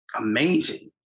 amazing